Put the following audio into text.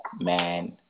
man